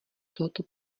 tohoto